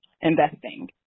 investing